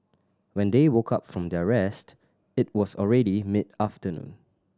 when they woke up from their rest it was already mid afternoon